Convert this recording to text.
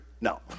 No